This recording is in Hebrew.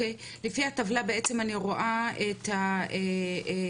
לפי הטבלה בעצם אני רואה את הסנקציות